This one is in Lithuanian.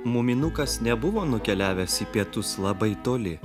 muminukas nebuvo nukeliavęs į pietus labai toli